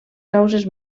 causes